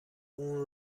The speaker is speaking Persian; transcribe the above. اون